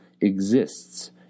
exists